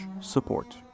support